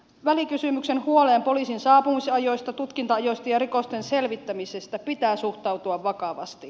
välikysymyksen huoleen poliisin saapumisajoista tutkinta ajoista ja rikosten selvittämisestä pitää suhtautua vakavasti